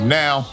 now